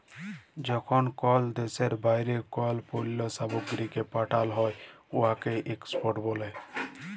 যখল কল দ্যাশের বাইরে কল পল্ল্য সামগ্রীকে পাঠাল হ্যয় উয়াকে এক্সপর্ট ব্যলে